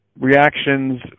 reactions